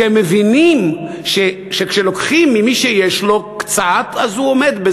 שהם מבינים שכשלוקחים קצת ממי שיש לו אז הוא עומד,